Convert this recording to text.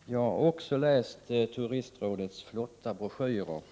Herr talman! Jag har också läst Turistrådets flotta broschyrer.